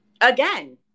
Again